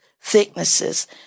thicknesses